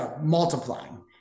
multiplying